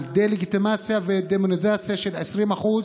על הדה-לגיטימציה ועל הדמוניזציה של 20% מהאזרחים,